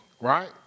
right